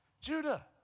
Judah